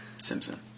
Simpson